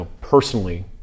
personally